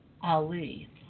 Ali